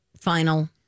Final